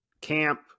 camp